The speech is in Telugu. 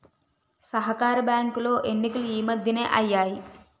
సహకార బ్యాంకులో ఎన్నికలు ఈ మధ్యనే అయ్యాయి